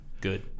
Good